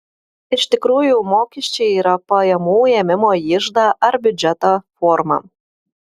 iš tikrųjų mokesčiai yra pajamų ėmimo į iždą ar biudžetą forma